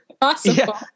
possible